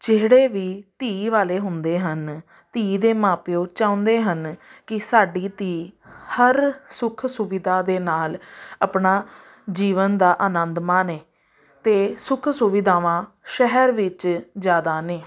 ਜਿਹੜੇ ਵੀ ਧੀ ਵਾਲੇ ਹੁੰਦੇ ਹਨ ਧੀ ਦੇ ਮਾਂ ਪਿਓ ਚਾਹੁੰਦੇ ਹਨ ਕਿ ਸਾਡੀ ਧੀ ਹਰ ਸੁੱਖ ਸੁਵਿਧਾ ਦੇ ਨਾਲ ਆਪਣਾ ਜੀਵਨ ਦਾ ਆਨੰਦ ਮਾਣੇ ਅਤੇ ਸੁੱਖ ਸੁਵਿਧਾਵਾਂ ਸ਼ਹਿਰ ਵਿੱਚ ਜ਼ਿਆਦਾ ਨੇ